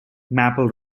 maple